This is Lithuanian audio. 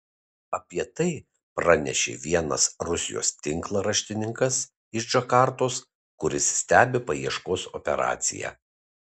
apie tai pranešė vienas rusijos tinklaraštininkas iš džakartos kuris stebi paieškos operaciją